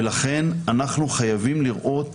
לכן אנחנו חייבים לראות